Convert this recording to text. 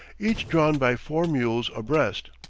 each drawn by four mules abreast.